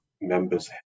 members